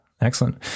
Excellent